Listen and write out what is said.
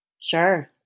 Sure